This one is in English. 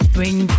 Bring